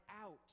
out